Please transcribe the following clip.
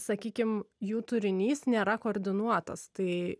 sakykim jų turinys nėra koordinuotas tai